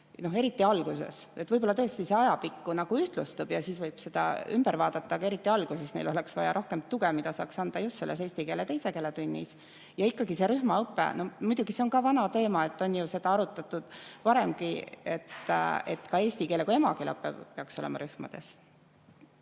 õppima. Võib-olla tõesti see ajapikku ühtlustub ja siis võib seda ümber vaadata, aga eriti alguses oleks neil vaja rohkem tuge, mida saaks anda just selles eesti keele teise keele tunnis. Ja ikkagi see rühmaõpe. Muidugi, see on ka vana teema, on ju seda arutatud varemgi, et ka eesti keele kui emakeele õpe peaks olema rühmades.